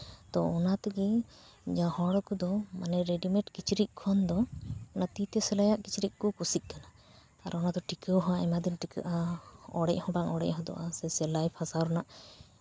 ᱚᱱᱟ ᱛᱮᱜᱮ ᱦᱚᱲ ᱠᱚᱫᱚ ᱨᱮᱰᱤᱢᱮᱰ ᱠᱤᱪᱨᱤᱡ ᱠᱷᱚᱱ ᱫᱚ ᱛᱤ ᱛᱮ ᱥᱤᱞᱟᱭᱟᱜ ᱠᱤᱪᱨᱤᱡ ᱠᱚ ᱠᱩᱥᱤᱜ ᱠᱟᱱᱟ ᱟᱨ ᱚᱱᱟ ᱫᱚ ᱴᱤᱠᱟᱹᱣ ᱦᱚᱸ ᱟᱭᱢᱟ ᱫᱤᱱ ᱴᱤᱠᱟᱹᱜᱼᱟ ᱚᱲᱮᱡ ᱦᱚᱸ ᱵᱟᱝ ᱚᱲᱮᱡ ᱜᱚᱫᱚᱜᱼᱟ ᱥᱮ ᱥᱮᱞᱟᱭ ᱯᱷᱟᱥᱟᱣ ᱨᱮᱭᱟᱜ